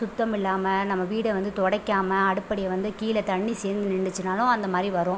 சுத்தம் இல்லாமல் நம்ப வீட்ட வந்து துடைக்காம அடுப்படியை வந்து கீழே தண்ணி சேர்ந்து நின்னுச்சுனாலும் அந்தமாதிரி வரும்